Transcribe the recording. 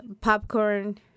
popcorn-